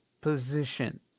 position